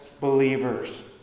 believers